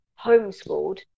homeschooled